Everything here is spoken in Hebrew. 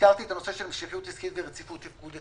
הזכרתי את הנושא של המשכיות עסקית ורציפות תפקודית.